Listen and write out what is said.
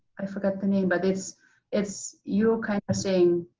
i forgot the name, but it's it's you kind of saying,